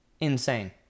Insane